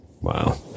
wow